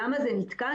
למה זה נתקע?